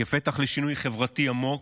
כפתח לשינוי חברתי עמוק,